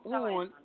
on